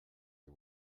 des